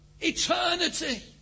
Eternity